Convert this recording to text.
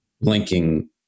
linking